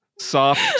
soft